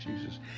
Jesus